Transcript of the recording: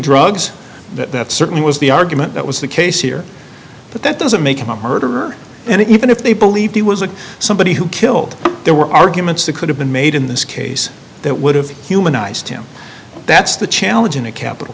drugs that certainly was the argument that was the case here but that doesn't make him a murderer and even if they believed he was a somebody who killed there were arguments that could have been made in this case that would have humanized him that's the challenge in a capital